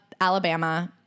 Alabama